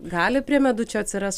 gali prie medučio atsirast